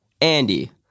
Andy